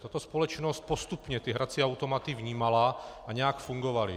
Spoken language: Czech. Tato společnost postupně hrací automaty vnímala a nějak fungovaly.